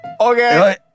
Okay